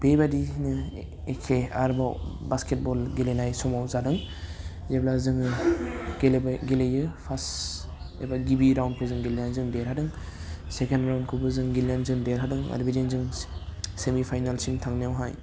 बेबायदिनो एखे आरोबाव बासकेट बल गेलेनाय समाव जादों जेब्ला जोङो गेलेबाय गेलेयो फार्स्ट एबा गिबि राउन्डखौ जों गेलेनानै जों देरहादों सेकेण्ड राउन्डखौबो जों गेलेनानै जों देरहादों आरो बिदिनो जों सेमि फाइनालसिम थांनायावहाय